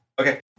Okay